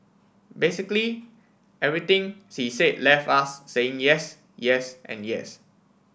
basically everything she said left us saying yes yes and yes